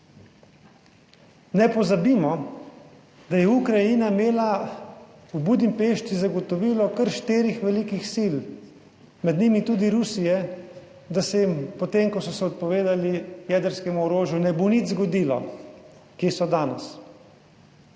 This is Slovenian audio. Ne pozabimo, da je Ukrajina imela v Budimpešti zagotovilo kar štirih velikih sil, med njimi tudi Rusije, da se jim potem ko so se odpovedali jedrskemu orožju, ne bo nič zgodilo. Kje so danes?